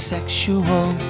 Sexual